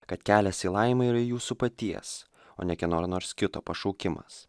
kad kelias į laimę yra jūsų paties o ne kieno nors kito pašaukimas